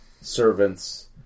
servants